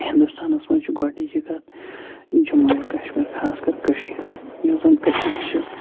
ہِندوستانَس منٛز چھِ گۄڈنِچی کَتھ جموں اینٛڈ کَشمیٖر خاص کَر کٔشیٖر یۄس زَن کٔشیٖر چھِ